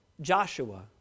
Joshua